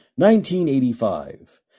1985